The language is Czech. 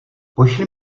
pošli